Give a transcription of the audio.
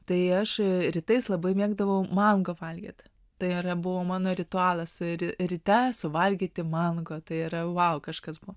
tai aš rytais labai mėgdavau mangą valgyt tai yra buvo mano ritualas ryte suvalgyti mangą tai yra vau kažkas buvo